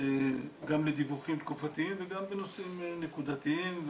גם לדיווחים תקופתיים וגם בנושאים נקודתיים.